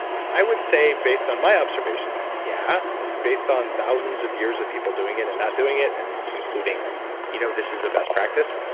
i would say based on my observations yeah. and based on thousands of years of people doing it and not doing it and concluding you know this is a best practice,